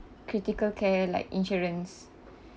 critical care like insurance